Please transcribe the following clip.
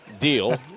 deal